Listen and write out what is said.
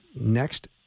next